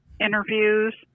interviews